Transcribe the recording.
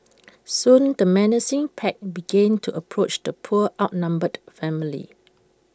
soon the menacing pack began to approach the poor outnumbered family